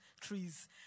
trees